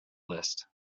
list